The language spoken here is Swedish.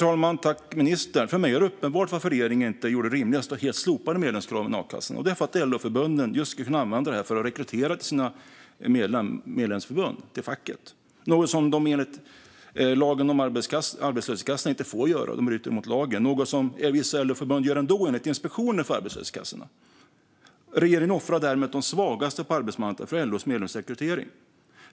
Herr talman! För mig är det uppenbart varför regeringen inte gjorde det rimligaste och helt slopade medlemskraven i a-kassorna. Det var för att LO-förbunden skulle kunna använda detta för att rekrytera till sina medlemsförbund, till facket - något som de enligt lagen om arbetslöshetskassor inte får göra; de bryter mot lagen. Vissa LO-förbund gör detta ändå, enligt Inspektionen för arbetslöshetsförsäkringen. Regeringen offrar därmed de svagaste på arbetsmarknaden för LO:s medlemsrekrytering.